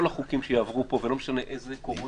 כל החוקים שיעברו פה, ולא משנה איזה קורונה,